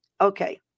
okay